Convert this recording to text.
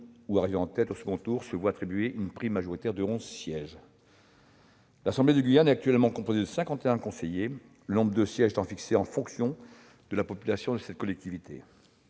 ou arrivée en tête au second tour se voit attribuer une prime majoritaire de onze sièges. L'assemblée de Guyane est actuellement composée de cinquante et un conseillers, le nombre de sièges étant fixé selon la population de la collectivité